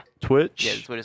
Twitch